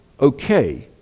okay